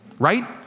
Right